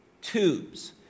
tubes